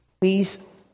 please